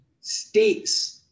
states